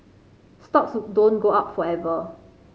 stocks don't go up forever